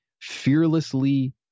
fearlessly